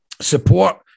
support